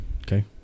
Okay